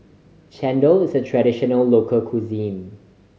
chendol is a traditional local cuisine